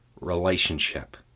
relationship